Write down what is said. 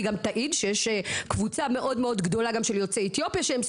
היא גם תעיד שיש קבוצה מאוד מאוד גדולה של סוהרים יוצאי אתיופיה.